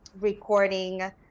recording